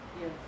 Yes